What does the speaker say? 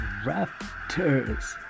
Raptors